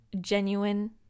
genuine